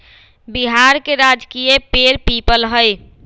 बिहार के राजकीय पेड़ पीपल हई